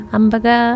Ambaga